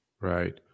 Right